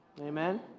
Amen